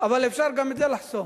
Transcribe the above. אבל אפשר גם את זה לחסום.